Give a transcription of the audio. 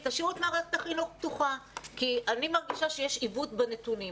תשאירו את מערכת החינוך פתוחה כי אני מרגישה שיש עיוות בנתונים.